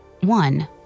One